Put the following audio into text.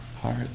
heart